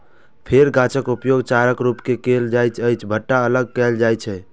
फेर गाछक उपयोग चाराक रूप मे कैल जाइ छै आ भुट्टा अलग कैल जाइ छै